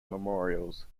memorials